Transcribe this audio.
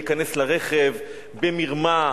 להיכנס לרכב במרמה,